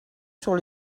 sur